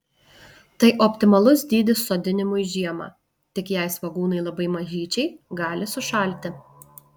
tai optimalus dydis sodinimui žiemą tik jei svogūnai labai mažyčiai gali sušalti